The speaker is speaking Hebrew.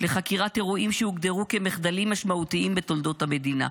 לחקירת אירועים שהוגדרו כמחדלים משמעותיים בתולדות המדינה.